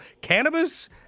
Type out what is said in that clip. cannabis